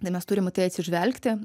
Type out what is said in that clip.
ne mes turim į tai atsižvelgti